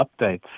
updates